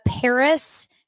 Paris